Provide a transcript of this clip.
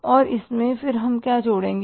और इसमें फिर हम क्या जोड़ेंगे